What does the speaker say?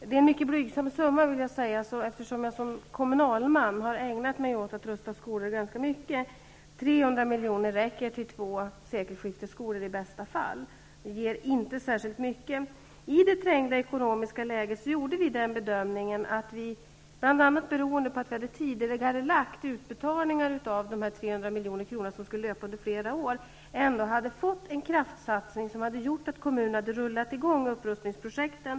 Det är en mycket blygsam summa, kan jag säga eftersom jag som kommunalman har ägnat mig ganska mycket åt att rusta skolor -- 300 miljoner räcker i bästa fall till två sekelskiftesskolor. Det ger inte särskilt mycket. Bl.a. beroende på att vi hade tidigarelagt utbetalningar av dessa 300 miljoner som skulle löpa under flera år bedömde vi att vi hade fått en kraftsamling som hade gjort att kommunerna hade rullat i gång upprustningsprojekten.